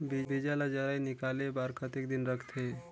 बीजा ला जराई निकाले बार कतेक दिन रखथे?